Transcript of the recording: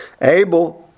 Abel